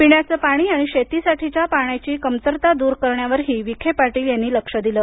पिण्याचे पाणी आणि शेतीसाठीच्या पाण्याची कमतरता दूर करण्यावरही विखे पाटील यांनी लक्ष दिलं